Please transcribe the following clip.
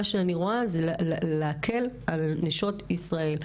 להקל על נשות ישראל.